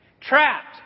Trapped